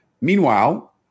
Meanwhile